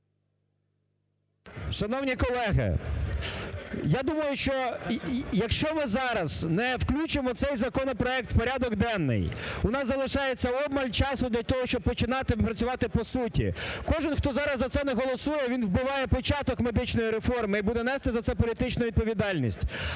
Шановні колеги! я думаю, що якщо ми зараз не включимо цей законопроект в порядок денний, у нас залишається обмаль часу для того, щоб починати працювати по суті. Кожен, хто зараз за це не голосує, він вбиває початок медичної реформи і буде нести за це політичну відповідальність.